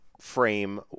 Frame